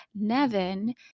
Nevin